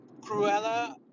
Cruella